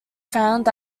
found